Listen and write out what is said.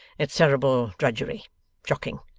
it's terrible drudgery shocking.